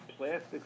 Plastic